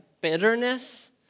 bitterness